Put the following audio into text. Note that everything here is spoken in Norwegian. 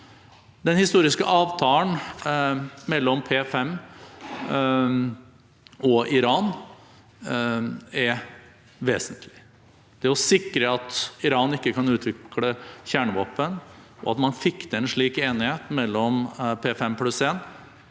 Den historiske avtalen mellom P5 og Iran er vesentlig. Det å sikre at Iran ikke kan utvikle kjernevåpen, og at man fikk til en slik enighet mellom P5+1,